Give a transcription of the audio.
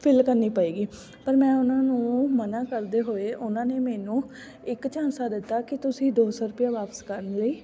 fill ਕਰਨੀ ਪਏਗੀ ਪਰ ਮੈਂ ਉਹਨਾਂ ਨੂੰ ਮਨ੍ਹਾ ਕਰਦੇ ਹੋਏ ਉਹਨਾਂ ਨੇ ਮੈਨੂੰ ਇੱਕ ਝਾਂਸਾ ਦਿੱਤਾ ਕਿ ਤੁਸੀਂ ਦੋ ਸੌ ਰੁਪਈਆ ਵਾਪਿਸ ਕਰਨ ਲਈ